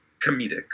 comedic